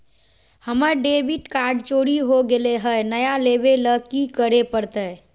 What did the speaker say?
हमर debit card चोरी हो गेले हई, नया लेवे ल की करे पड़तई?